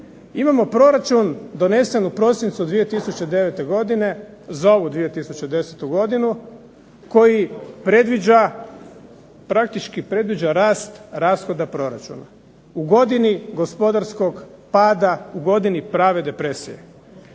Imamo proračun donesen u prosincu 2009. godine za ovu 2010. godinu, koji predviđa praktički rast rashoda proračuna. U godini gospodarskog pada, u godini prave depresije.